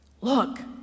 Look